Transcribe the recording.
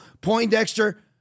Poindexter